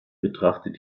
betrachtet